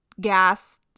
gas